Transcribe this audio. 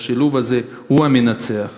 והשילוב הזה הוא המנצח,